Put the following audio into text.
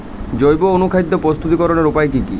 জৈব অনুখাদ্য প্রস্তুতিকরনের উপায় কী কী?